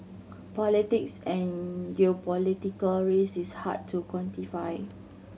politics and geopolitical risk is hard to quantify